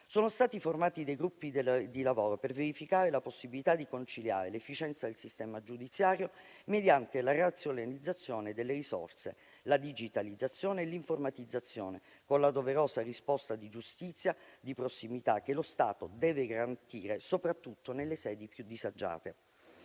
Sono stati formati dei gruppi di lavoro per verificare la possibilità di conciliare l'efficienza del sistema giudiziario mediante la razionalizzazione delle risorse, la digitalizzazione e l'informatizzazione, con la doverosa risposta di giustizia di prossimità che lo Stato deve garantire, soprattutto nelle sedi più disagiate.